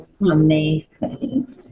Amazing